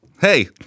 hey